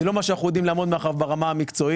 זה לא מה שאנחנו יודעים לעמוד מאחוריו ברמה המקצועית.